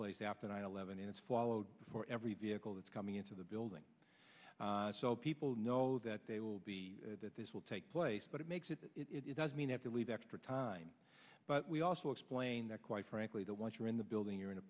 place after nine eleven and it's followed for every vehicle that's coming into the building so people know that they will be that this will take place but it makes it it does mean that they leave extra time but we also explain that quite frankly that once you're in the building you're in